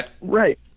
Right